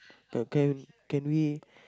uh can can we